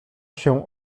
się